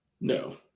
no